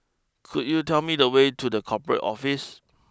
could you tell me the way to the Corporate Office